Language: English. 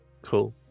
cool